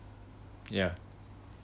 yeah